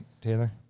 Taylor